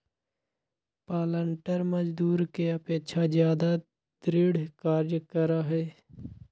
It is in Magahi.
पालंटर मजदूर के अपेक्षा ज्यादा दृढ़ कार्य करा हई